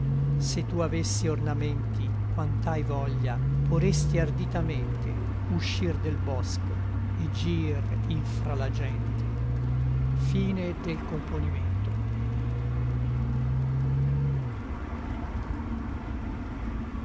se tu avessi ornamenti quant'ài voglia poresti arditamente uscir del boscho et gir in fra la gente in